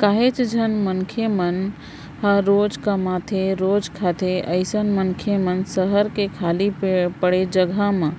काहेच झन मनसे मन ह रोजे कमाथेरोजे खाथे अइसन मनसे ह सहर के खाली पड़े जघा म